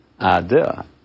idea